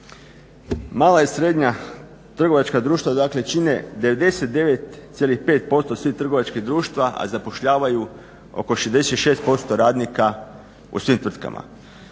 Mala i srednja trgovačka društva dakle čine 99,5% svih trgovačkih društava, a zapošljavaju oko 66% radnika u svim tvrtkama.